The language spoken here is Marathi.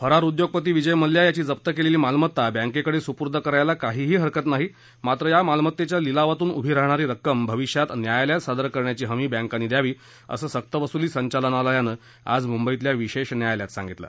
फरार उद्योगपती विजय मल्ल्या याची जप्त केलेली मालमत्ता बँकेकडे सुपूर्द करायला काहीही हरकत नाही मात्र या मालमत्तेच्या लिलावातून उभी राहणारी रक्कम भविष्यात न्यायालयात सादर करण्याची हमी बँकांनी द्यावी असं सक्तवसुली संचालनालयानं आज मुंबईतल्या विशेष न्यायालयात सांगितलं